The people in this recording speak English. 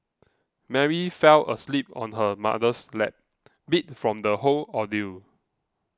Mary fell asleep on her mother's lap beat from the whole ordeal